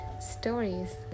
stories